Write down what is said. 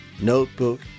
notebook